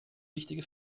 wichtige